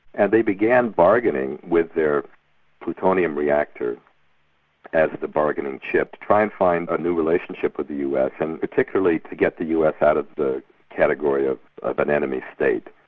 and they began bargaining with their plutonium reactor as the bargaining chip, to try and find a new relationship with the us, and particularly to get the us out of the category of an enemy state.